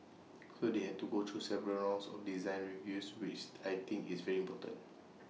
so they had to go through several rounds of design reviews which I think is very important